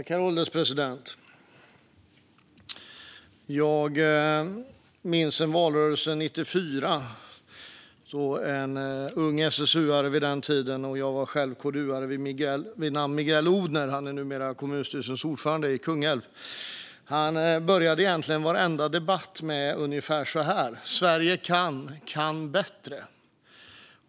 Herr ålderspresident! Jag minns en ung SSU:are i valrörelsen 94 - jag var själv KDU:are - vid namn Miguel Odhner. Han är numera kommunstyrelsens ordförande i Kungälv. Han började egentligen varenda debatt ungefär så här: Sverige kan, kan bättre.